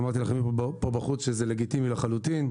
אמרתי לכם פה בחוץ שזה לגיטימי לחלוטין.